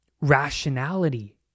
rationality